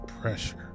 pressure